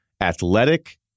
athletic